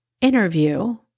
interview